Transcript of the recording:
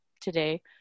today